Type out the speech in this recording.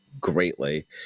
greatly